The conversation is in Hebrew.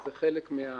זה חלק מהבעיה.